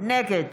נגד